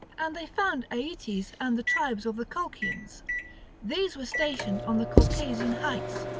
and they found aeetes and the tribes of the colchians these were stationed on the caucasian heights,